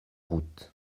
route